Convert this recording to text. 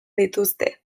dituzte